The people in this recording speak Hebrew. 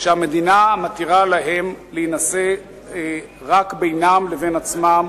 שהמדינה מתירה להם להינשא רק בינם לבין עצמם.